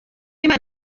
imana